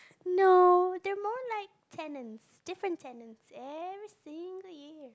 no they're more like tenants different tenants every single year